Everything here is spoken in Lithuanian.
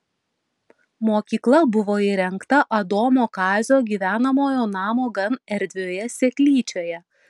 mokykla buvo įrengta adomo kazio gyvenamojo namo gan erdvioje seklyčioje